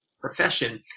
profession